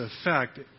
effect